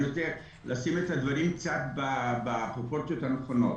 אני רוצה לשים את הדברים בפרופורציות הנכונות.